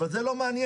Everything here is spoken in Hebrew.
אבל זה לא מעניין.